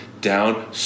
Down